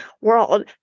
world